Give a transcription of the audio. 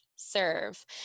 serve